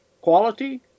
quality